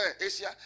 Asia